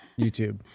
YouTube